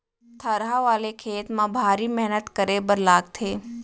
थरहा वाले खेत म भारी मेहनत करे बर लागथे